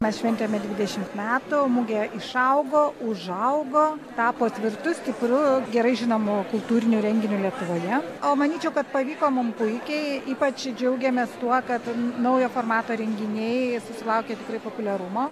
mes šventėme dvidešimt metų mugė išaugo užaugo tapo tvirtu stipru gerai žinomu kultūriniu renginiu lietuvoje o manyčiau kad pavyko mum puikiai ypač džiaugiamės tuo kad naujo formato renginiai susilaukė tikrai populiarumo